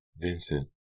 Vincent